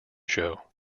show